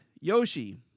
Yoshi